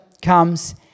comes